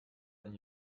ein